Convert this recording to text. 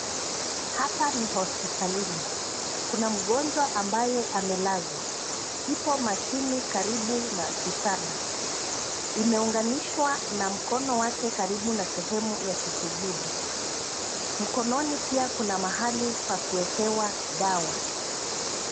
Hapa ni hospitalini. Kuna mgonjwa ambaye amelazwa. Ipo mashine karibu na kitanda imeunganishwa na mkono wake karibu na sehemu ya kisugudi. Mkononi pia kuna mahali pa kuwekewa dawa.